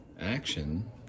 action